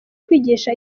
kwigisha